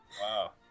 Wow